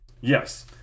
Yes